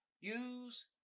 Use